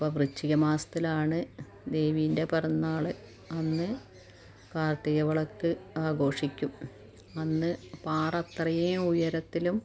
അപ്പം വൃശ്ചികമാസത്തിലാണ് ദേവീൻ്റെ പിറന്നാൾ അന്ന് കാർത്തിക വിളക്ക് ആഘോഷിക്കും അന്ന് പാറ അത്രയും ഉയരത്തിലും